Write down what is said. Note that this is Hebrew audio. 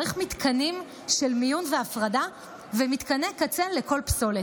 צריך מתקנים של מיון והפרדה ומתקני קצה לכל פסולת.